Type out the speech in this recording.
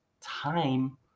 time